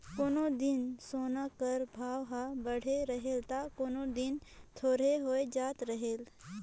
कोनो दिन सोना कर भाव हर बढ़े रहेल ता कोनो दिन थोरहें होए जाए रहेल